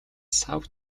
сав